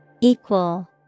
Equal